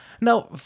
Now